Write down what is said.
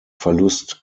verlust